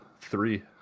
three